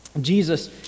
Jesus